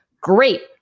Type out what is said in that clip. great